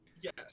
Yes